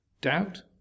doubt